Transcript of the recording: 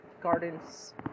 gardens